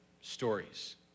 stories